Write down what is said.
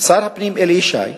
שר הפנים אלי ישי,